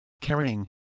carrying